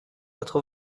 quatre